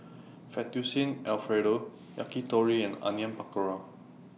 Fettuccine Alfredo Yakitori and Onion Pakora